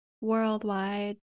worldwide